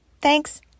Thanks